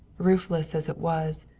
roofless as it was.